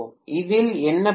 இதில் என்ன பிரச்சினை